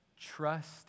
trust